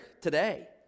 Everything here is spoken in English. today